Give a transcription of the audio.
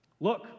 Look